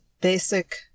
basic